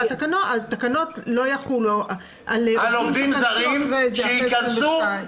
שהתקנות לא יחולו על העובדים הזרים שייכנסו